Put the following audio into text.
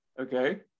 okay